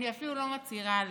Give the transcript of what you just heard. אני אפילו לא מצהירה עליה,